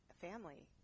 family